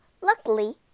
Luckily